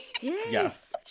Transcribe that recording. Yes